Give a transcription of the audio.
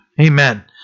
Amen